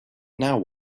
now